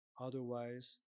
Otherwise